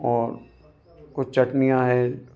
और कुछ चटनियाँ हैं